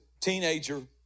teenager